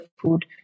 food